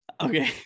Okay